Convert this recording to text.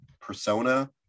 persona